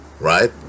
right